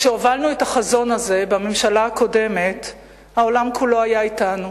כשהובלנו את החזון הזה בממשלה הקודמת העולם כולו היה אתנו.